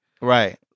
Right